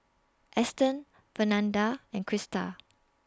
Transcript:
Eston Fernanda and Christa